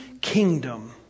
kingdom